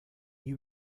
you